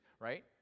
right